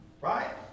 Right